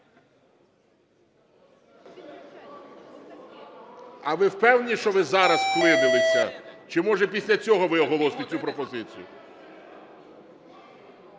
А ви впевнені, що ви зараз вклинилися? Чи, може, після цього ви оголосите цю пропозицію?